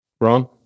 Ron